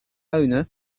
owner